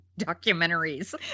documentaries